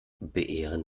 beehren